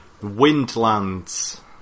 Windlands